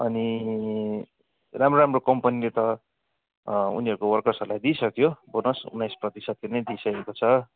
अनि राम्रो राम्रो कम्पनीले त उनीहरूको वर्कर्सहरूलाई दिइसक्यो बोनस उन्नाइस् प्रतिशत नै दिइसकेको छ